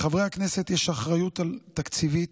לחברי הכנסת יש אחריות תקציבית,